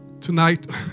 Tonight